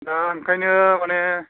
दा ओंखायनो मानि